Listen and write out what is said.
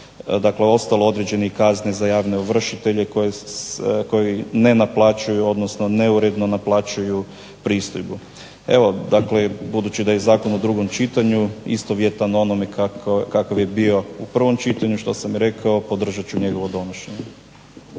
uz ostalo određenih kazni za javne ovršitelje koji ne naplaćuju odnosno neuredno naplaćuju pristojbu. Evo, dakle budući da je Zakon u drugom čitanju istovjetan onome kakav je bio u prvom čitanju što sam rekao podržat ću njegovo donošenje.